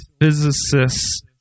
physicists